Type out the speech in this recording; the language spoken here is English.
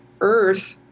earth